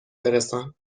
برسان